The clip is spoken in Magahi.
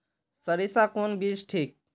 सरीसा कौन बीज ठिक?